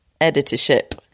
editorship